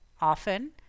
often